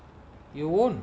you won't